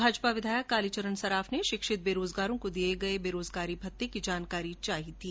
भाजपा विधायक कालीचरण सर्राफ ने षिक्षित बेरोजगारों को दिये गये बेरोजगारी भत्ते की जानकारी चाही थी